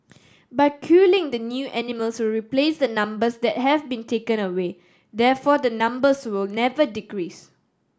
by culling the new animals will replace the numbers that have been taken away therefore the numbers will never decrease